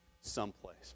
someplace